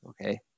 Okay